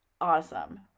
awesome